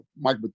Mike